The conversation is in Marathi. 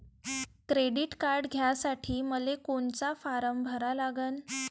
क्रेडिट कार्ड घ्यासाठी मले कोनचा फारम भरा लागन?